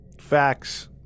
Facts